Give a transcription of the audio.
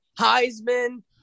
Heisman